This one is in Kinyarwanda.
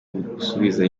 gusubiza